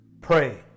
pray